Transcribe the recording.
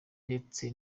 ndetse